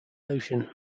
ocean